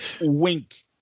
wink